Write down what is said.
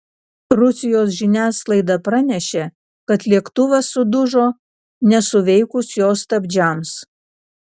rusijos žiniasklaida pranešė kad lėktuvas sudužo nesuveikus jo stabdžiams